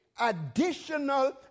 additional